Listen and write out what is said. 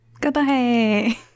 Goodbye